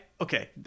Okay